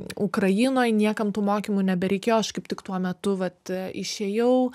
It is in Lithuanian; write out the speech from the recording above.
ukrainoj niekam tų mokymų nebereikėjo aš kaip tik tuo metu vat išėjau